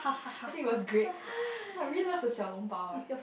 I think was great !wah! I really love the xiao-long-bao eh